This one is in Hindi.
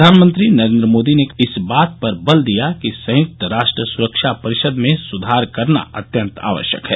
प्रधानमंत्री नरेन्द्र मोदी ने इस बात पर बल दिया कि संयुक्त राष्ट्र सुरक्षा परिषद में सुधार करना अत्यंत आवश्यक है